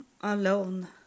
alone